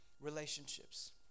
relationships